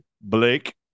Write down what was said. Blake